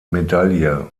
medaille